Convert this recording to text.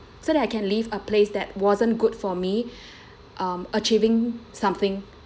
so that I can leave a place that wasn't good for me um achieving something